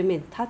um